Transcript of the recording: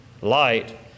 Light